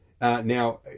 Now